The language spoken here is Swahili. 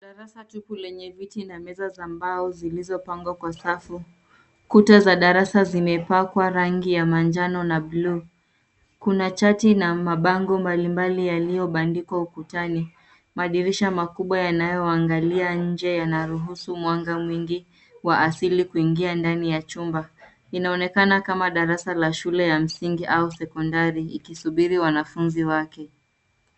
Darasa tupu lenye viti na meza za mbao zilizopangwa kwa safu. Kuta za darasa zimepakwa rangi ya manjano na buluu. Kuna chati na mabango mbalimbali yaliyoangikwa ukutani. Madirisha makubwa yanayoangalia nje yanaruhusu mwanga mwingi wa asili kuingia ndani ya chumba. Inaonekana kama darasa ya shule ya msingi au sekondari ikisubiri wanafunzi wake.